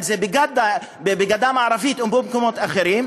אם זה בגדה המערבית או במקומות אחרים,